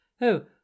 Oh